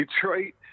Detroit